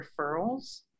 referrals